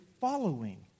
following